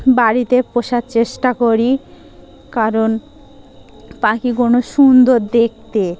বাড়িতে পোষার চেষ্টা করি কারণ পাখি কোনো সুন্দর দেখতে